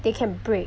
they can break